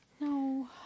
No